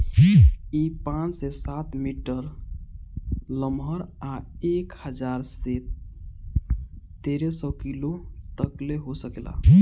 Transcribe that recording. इ पाँच से सात मीटर लमहर आ एक हजार से तेरे सौ किलो तकले हो सकेला